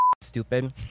stupid